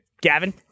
Gavin